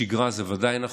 בשגרה זה ודאי נכון,